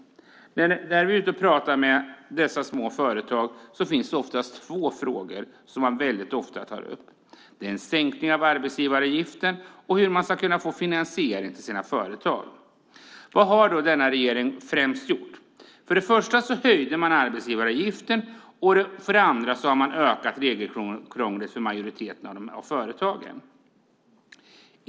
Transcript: När vi är ute och pratar med folk på de små företagen är det särskilt två saker som väldigt ofta tas upp. Det gäller då en sänkning av arbetsgivaravgiften och hur man ska kunna få en finansiering till sitt företag. Vad har då denna regering främst gjort? Ja, för det första höjde man arbetsgivaravgiften. För det andra har man ökat regelkrånglet för majoriteten av företagen.